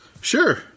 sure